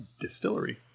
Distillery